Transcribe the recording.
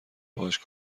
باهاش